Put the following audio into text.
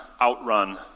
outrun